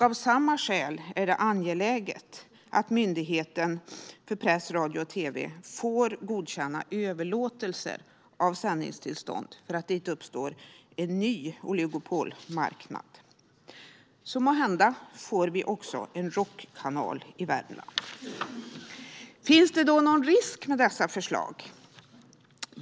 Av samma skäl är det angeläget att Myndigheten för press, radio och tv får godkänna överlåtelser av sändningstillstånd så att det inte uppstår en ny oligopolmarknad. Så måhända får vi en rockkanal också i Värmland. Finns det då någon risk med dessa förslag?